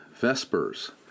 Vespers